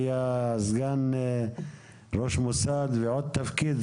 היה סגן ראש מוסד ועוד תפקיד,